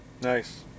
nice